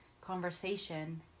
conversation